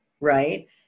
right